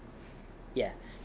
ya